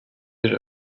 bir